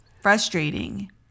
frustrating